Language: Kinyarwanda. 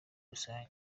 rusange